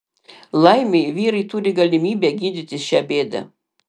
laimei vyrai turi galimybę gydytis šią bėdą